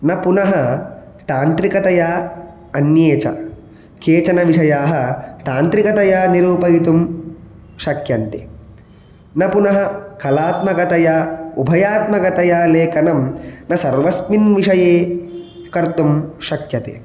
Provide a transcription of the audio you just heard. न पुनः तान्त्रिकतया अन्ये च केचनविषयाः तान्त्रिकतया निरूपयितुं शक्यन्ते न पुनः कलात्मकतया उभयात्मकतया लेखनं न सर्वस्मिन् विषये कर्तुं शक्यते